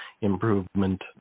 improvement